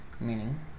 meaning